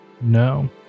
no